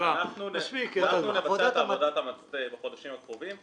אנחנו ניכנס לתהליך של תמחור עם הקופות